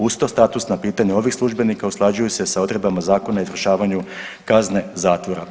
Uz to, statusna pitanja ovih službenika usklađuju se sa odredbama Zakona o izvršavanju kazne zatvora.